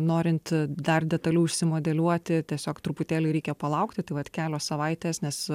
norint dar detaliau išsimodeliuoti tiesiog truputėlį reikia palaukti tai vat kelios savaitės nes